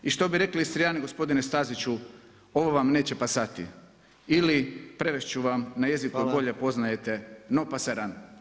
I što bi rekli Istrijani gospodine Staziću ovo vam neće pasati ili prevesti ću vam na jeziku koji bolje poznajete no paseran.